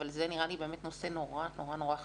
אבל זה נראה לי באמת נושא נורא חשוב,